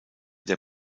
der